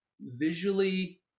visually